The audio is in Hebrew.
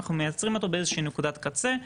אנחנו מייצרים אותו באיזושהי נקודת קצה,